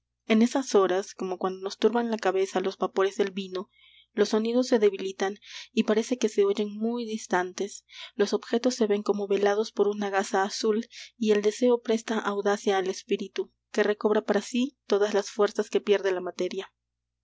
en esas horas como cuando nos turban la cabeza los vapores del vino los sonidos se debilitan y parece que se oyen muy distantes los objetos se ven como velados por una gasa azul y el deseo presta audacia al espíritu que recobra para sí todas las fuerzas que pierde la materia